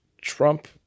Trump